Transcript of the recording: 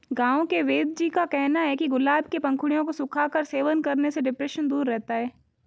गांव के वेदजी का कहना है कि गुलाब के पंखुड़ियों को सुखाकर सेवन करने से डिप्रेशन दूर रहता है